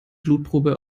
blutprobe